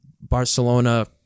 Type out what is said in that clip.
Barcelona